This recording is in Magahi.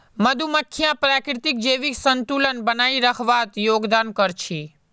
मधुमक्खियां प्रकृतित जैविक संतुलन बनइ रखवात योगदान कर छि